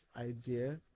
idea